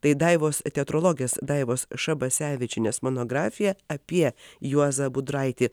tai daivos teatrologės daivos šabasevičienės monografija apie juozą budraitį